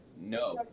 no